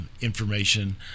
information